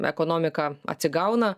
ekonomika atsigauna